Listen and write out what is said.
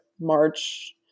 march